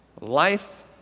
Life